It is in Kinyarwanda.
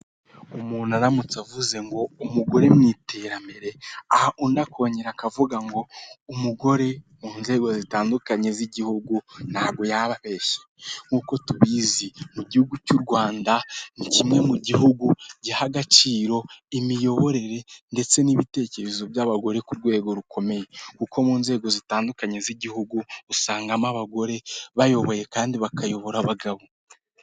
Umuntu aramutse avuze ngo umugore mu iterambere aha undi akongera akavuga ngo umugore mu nzego zitandukanye z'igihugu ntabwo yaba abeshye nk'uko tubizi mu gihugu cy'uRwanda ni kimwe mu gihugu giha agaciro imiyoborere ndetse n'ibitekerezo by'abagore ku rwego rukomeye kuko mu nzego zitandukanye z'igihugu usangamo abagore bayoboye kandi bakayobora abagabo .